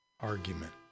argument